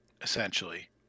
essentially